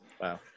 Wow